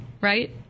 right